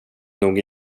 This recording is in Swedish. nog